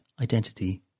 Identity